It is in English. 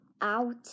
out